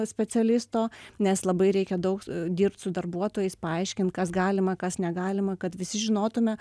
specialisto nes labai reikia daug dirbt su darbuotojais paaiškint kas galima kas negalima kad visi žinotume